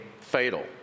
fatal